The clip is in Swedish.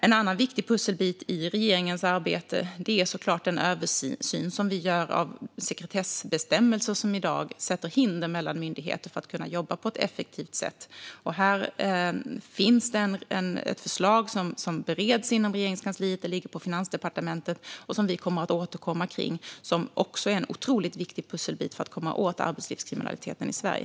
En annan viktig pusselbit i regeringens arbete är såklart den översyn vi gör av de sekretessbestämmelser som i dag sätter upp hinder för att myndigheter ska kunna jobba på ett effektivt sätt sinsemellan. Här finns det ett förslag som bereds inom Regeringskansliet - det ligger på Finansdepartementet - och som vi kommer att återkomma kring. Det är också en otroligt viktig pusselbit för att vi ska komma åt arbetslivskriminaliteten i Sverige.